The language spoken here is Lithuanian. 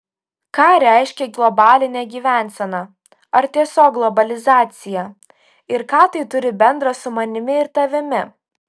ką reiškia globalinė gyvensena ar tiesiog globalizacija ir ką tai turi bendra su manimi ir tavimi